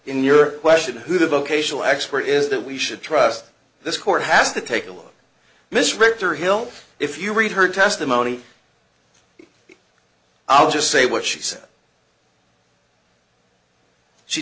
in your question who the vocational expert is that we should trust this court has to take a look miss richter hill if you read her testimony i'll just say what she said she